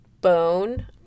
bone